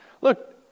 Look